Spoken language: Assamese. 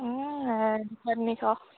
দুশ তিনিশ